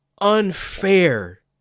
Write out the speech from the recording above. unfair